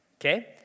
okay